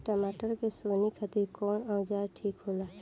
टमाटर के सोहनी खातिर कौन औजार ठीक होला?